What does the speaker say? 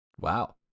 Wow